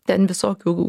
ten visokių